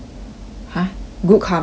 !huh! good karma for you